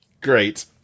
Great